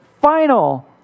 final